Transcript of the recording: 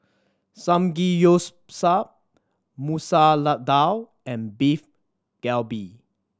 Samgeyopsal Masoor Dal and Beef Galbi